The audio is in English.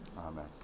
Amen